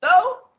no